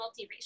multiracial